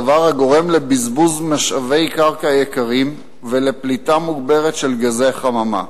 דבר הגורם לבזבוז משאבי קרקע יקרים ולפליטה מוגברת של גזי חממה.